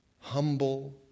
humble